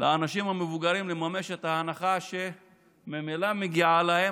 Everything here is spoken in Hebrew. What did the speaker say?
לאנשים המבוגרים לממש את ההנחה שממילא מגיעה להם.